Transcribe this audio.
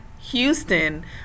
houston